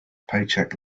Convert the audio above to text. paycheck